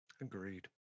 Agreed